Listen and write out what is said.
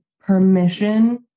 permission